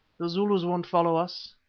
the zulus won't follow us,